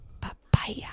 papaya